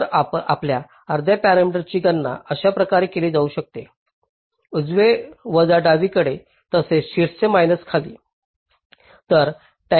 तर आपल्या अर्ध्या पॅरामीटरची गणना अशाप्रकारे केली जाऊ शकते उजवे वजा डावीकडे तसेच शीर्ष मैनास खाली